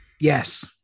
Yes